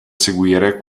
seguire